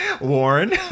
Warren